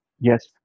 Yes